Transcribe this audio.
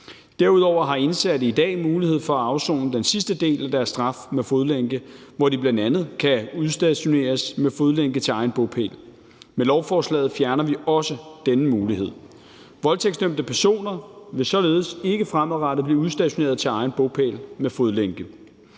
Derudover har indsatte i dag mulighed for at afsone den sidste del af deres straf med fodlænke, hvor de bl.a. kan udstationeres med fodlænke til egen bopæl. Med lovforslaget fjerner vi også denne mulighed. Voldtægtsdømte personer vil således ikke fremadrettet blive udstationeret til egen bopæl med fodlænke.